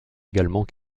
également